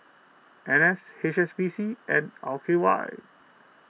N S H S B C and L K Y